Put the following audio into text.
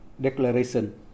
Declaration